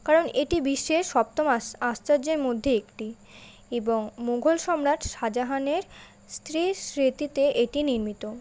কারণ এটি বিশ্বের সপ্তম আশ্চর্যের মধ্যে একটি এবং মুঘল সম্রাট শাহজাহানের স্ত্রীর স্মৃতিতে এটি নির্মিত